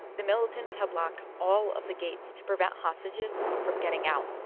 the militants had blocked all of the gates to prevent hostages from getting out.